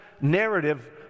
narrative